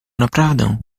naprawdę